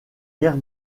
guerre